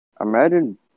imagine